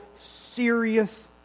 serious